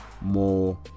more